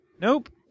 nope